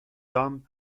dame